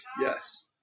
Yes